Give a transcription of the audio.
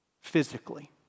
physically